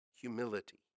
humility